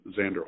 Xander